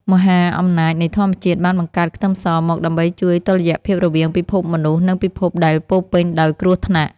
មហាអំណាចនៃធម្មជាតិបានបង្កើតខ្ទឹមសមកដើម្បីជួយតុល្យភាពរវាងពិភពមនុស្សនិងពិភពដែលពោរពេញដោយគ្រោះថ្នាក់។